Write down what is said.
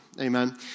Amen